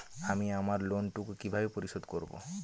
আমি আমার লোন টুকু কিভাবে পরিশোধ করব?